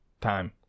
time